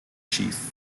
chief